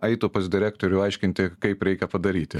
eitų pas direktorių aiškinti kaip reikia padaryti